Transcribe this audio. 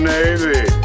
Navy